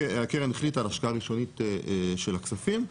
הקרן החליטה על השקעה ראשונית של הכספים.